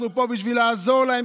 אנחנו פה בשביל לעזור להם,